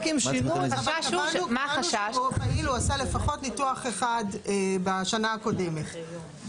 רק אם שינו --- קבענו שרופא פעיל הוא עשה ניתוח אחד בשנה הקודמת,